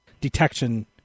detection